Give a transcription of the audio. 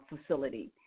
facility